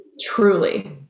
truly